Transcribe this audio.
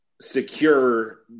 secure